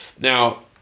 Now